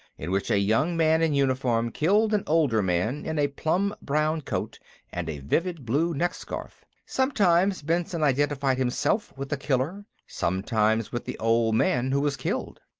in which a young man in uniform killed an older man in a plum-brown coat and a vivid blue neck-scarf. sometimes benson identified himself with the killer sometimes with the old man who was killed.